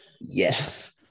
Yes